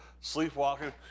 Sleepwalking